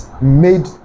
made